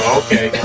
okay